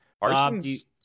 Parsons